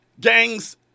gangs